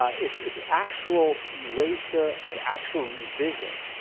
ah it's it's actual erasure, actual revision.